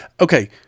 Okay